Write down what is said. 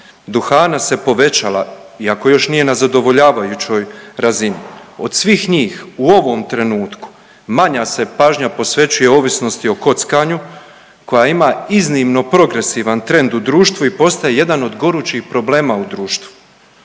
duhana se povećala iako još nije na zadovoljavajućoj razini. Od svih njih u ovom trenutku manja se pažnja posvećuje ovisnosti o kockanju koja ima iznimno progresivan trend u društvu i postaje jedan od gorućih problema u društvu.